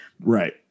Right